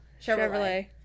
Chevrolet